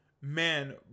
man